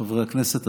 חברי הכנסת,